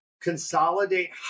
consolidate